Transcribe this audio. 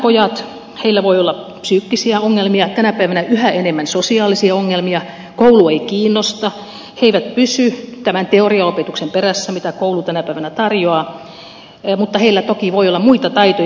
näillä pojilla voi olla psyykkisiä ongelmia tänä päivänä yhtä enemmän sosiaalisia ongelmia koulu ei kiinnosta he eivät pysy tämän teoria opetuksen perässä mitä koulu tänä päivänä tarjoaa mutta heillä toki voi olla muita taitoja